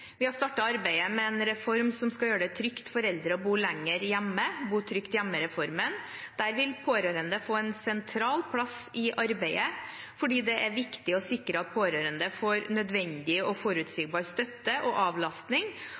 Vi har startet arbeidet med en reform som skal gjøre det trygt for eldre å bo lenger hjemme, bo trygt hjemme-reformen. Der vil pårørende få en sentral plass i arbeidet, fordi det er viktig å sikre at pårørende får nødvendig og forutsigbar støtte og